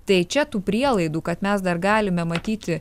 tai čia tų prielaidų kad mes dar galime matyti